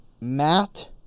Matt